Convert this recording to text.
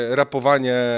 rapowanie